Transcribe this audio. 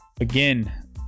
again